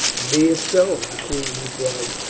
be it so, the queen replied.